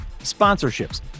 sponsorships